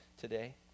today